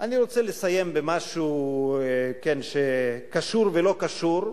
אני רוצה לסיים במשהו שקשור ולא קשור,